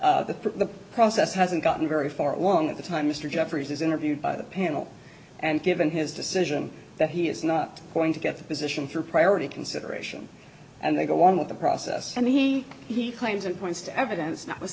delta the process hasn't gotten very far along at the time mr jeffries is interviewed by the panel and given his decision that he is not going to get the position for priority consideration and they go on with the process and he he claims and points to evidence